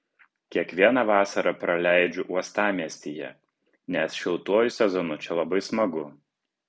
kiekvieną vasarą praleidžiu uostamiestyje nes šiltuoju sezonu čia labai smagu